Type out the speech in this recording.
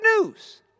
news